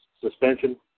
suspension